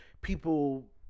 people